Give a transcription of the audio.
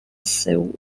seoul